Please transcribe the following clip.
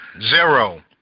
zero